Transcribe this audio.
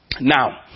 Now